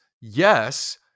yes